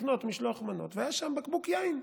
לקנות משלוח מנות, והיה שם בקבוק יין,